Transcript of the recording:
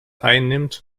einnimmt